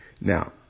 Now